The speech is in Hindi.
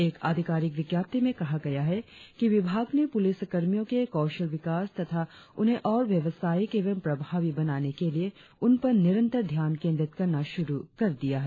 एक आधिकारिक विज्ञाप्ति में कहा गया है कि विभाग ने पूलिस कर्मियों के कौशल विकास तथा उन्हें और व्यवसायिक एवं प्रभावी बनाने के लिए उन पर निरंतर ध्यान केंद्रीत करना शुरु कर दिया है